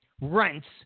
rents